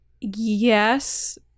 Yes